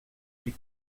les